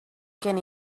can